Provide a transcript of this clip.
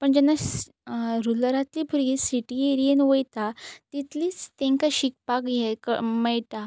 पूण जेन्ना रुररांतली भुरगीं सिटी एरियेन वयता तितलीच तेंकां शिकपाक हें मेळटा